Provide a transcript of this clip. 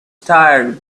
tire